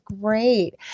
great